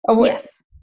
Yes